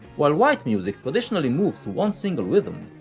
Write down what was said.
while white music traditionally moves to one single rhythm,